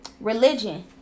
religion